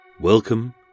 Welcome